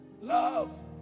love